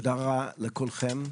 תודה לכולכם.